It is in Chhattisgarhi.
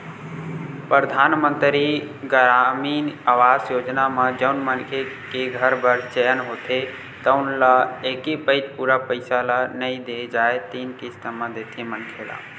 परधानमंतरी गरामीन आवास योजना म जउन मनखे के घर बर चयन होथे तउन ल एके पइत पूरा पइसा ल नइ दे जाए तीन किस्ती म देथे मनखे ल